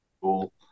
cool